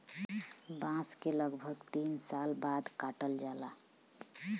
बांस के लगभग तीन साल बाद काटल जाला